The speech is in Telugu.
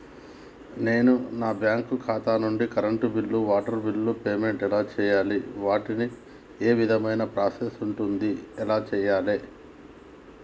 నేను నా బ్యాంకు ఖాతా నుంచి కరెంట్ బిల్లో వాటర్ బిల్లో పేమెంట్ ఎలా చేయాలి? వాటికి ఏ విధమైన ప్రాసెస్ ఉంటది? ఎలా చేయాలే?